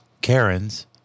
Karens